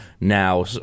now